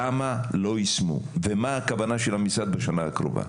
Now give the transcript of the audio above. למה לא יישמו, ומהי הכוונה של המשרד בשנה הקרובה?